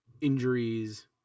injuries